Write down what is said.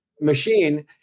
machine